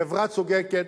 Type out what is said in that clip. חברה צודקת,